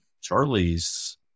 Charlie's